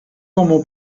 como